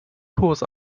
kurs